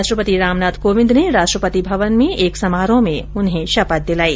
राष्ट्रपति रामनाथ कोविंद ने राष्ट्रपति भवन में उन्हें एक समारोह में शपथ दिलाई